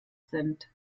sind